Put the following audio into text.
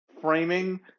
framing